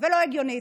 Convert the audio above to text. ולא הגיוני.